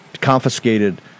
confiscated